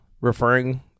referring